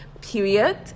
period